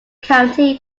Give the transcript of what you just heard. county